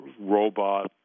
robot